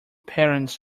parents